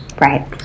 Right